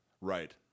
Right